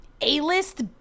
A-list